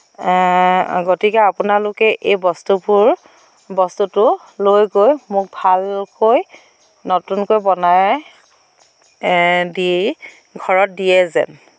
গতিকে আপোনালোকে এই বস্তুবোৰ বস্তুটো লৈ গৈ মোক ভালকৈ নতুনকৈ বনাই দি ঘৰত দিয়ে যেন